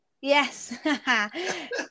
Yes